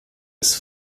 ist